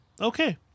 Okay